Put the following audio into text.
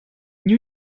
new